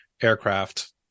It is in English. aircraft